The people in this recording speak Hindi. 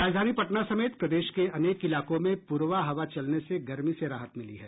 राजधानी पटना समेत प्रदेश के अनेक इलाकों में पुरवा हवा चलने से गर्मी से राहत मिली है